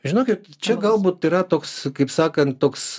žinokit čia galbūt yra toks kaip sakant toks